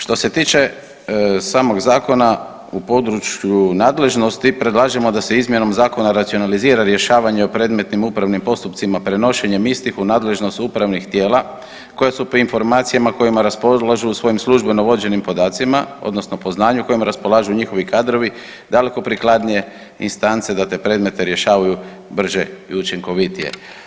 Što se tiče samog zakona u području nadležnosti predlažemo da se izmjenom zakona racionalizira rješavanje o predmetnim upravnim postupcima prenošenjem istih u nadležnost upravnih tijela koja su pri informacijama kojima raspolažu u svojim službeno vođenim podacima odnosno po znanju kojim raspolažu njihovi kadrovi daleko prikladnije instance da te predmete rješavaju brže i učinkovitije.